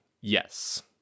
yes